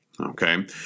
Okay